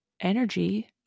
energy